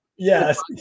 Yes